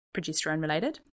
progesterone-related